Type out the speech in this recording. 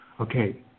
okay